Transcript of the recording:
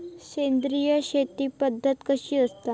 सेंद्रिय शेती पद्धत कशी असता?